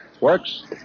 Works